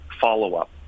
follow-up